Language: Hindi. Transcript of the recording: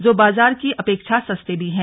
जो बाजार की अपेक्षा सस्ते भी हैं